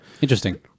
interesting